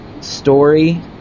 story